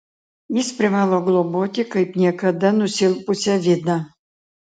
jis privalo globoti kaip niekada nusilpusią vidą